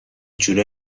جوره